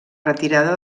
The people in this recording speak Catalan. retirada